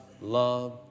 love